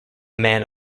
man